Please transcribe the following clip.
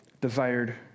desired